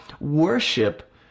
worship